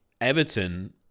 Everton